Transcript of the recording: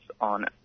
on